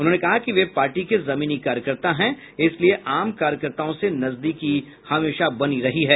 उन्होंने कहा कि वे पार्टी के जमीनी कार्यकर्ता हैं इसलिए आम कार्यकर्ताओं से नजदीकी हमेशा बनी रही है